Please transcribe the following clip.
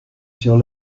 sur